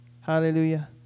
Hallelujah